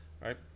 Right